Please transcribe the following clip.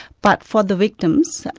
but for the victims,